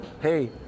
Hey